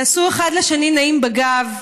תעשו אחד לשני נעים בגב,